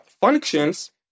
functions